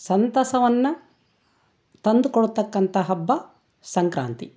ಸಂತಸವನ್ನು ತಂದುಕೊಡತಕ್ಕಂತ ಹಬ್ಬ ಸಂಕ್ರಾಂತಿ